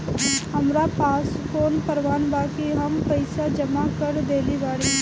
हमरा पास कौन प्रमाण बा कि हम पईसा जमा कर देली बारी?